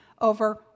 over